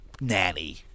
nanny